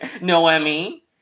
Noemi